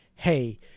hey